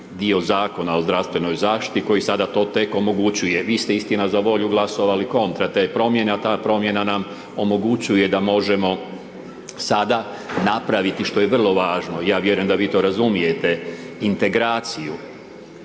dio Zakona o zdravstvenoj zaštiti koji sada to tek omogućuje. Vi ste, istina za volju, glasovali kontra te promjene, a ta promjena nam omogućuje da možemo sada napraviti što je vrlo važno, ja vjerujem da vi to razumijete, integraciju